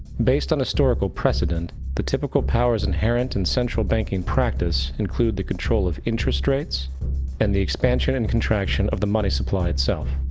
based on historical precedent, the typical powers inherent in central banking practice include the control of interest rates and the expansion and contraction of the money supply itself.